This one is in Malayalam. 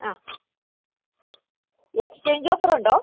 ആ എക്സ്ചേഞ്ച് ഓഫർ ഉണ്ടോ